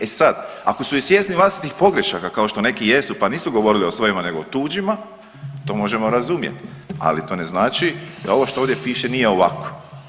E sad, ako su i svjesni vlastitih pogrešaka kao što neki jesu pa nisu govorili o svojima nego o tuđima, to možemo razumjeti, ali to ne znači da ovo što ovdje piše nije ovako.